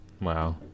wow